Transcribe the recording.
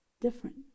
different